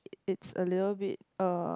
it's a little bit uh